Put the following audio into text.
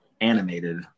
animated